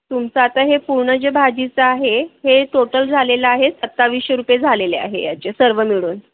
तुमचं आता हे पूर्ण जे भाजीचं आहे हे टोटल झालेलं आहे सत्तावीसशे रुपये झालेले आहे याचे सर्व मिळून